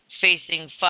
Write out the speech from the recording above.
facing